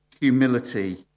humility